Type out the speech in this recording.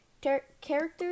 character